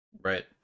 right